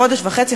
בחודש וחצי,